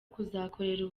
kuzakorera